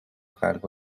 قلب